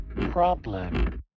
problem